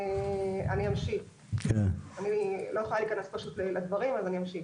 אני לא יכולה להיכנס לדברים, אז אני אמשיך.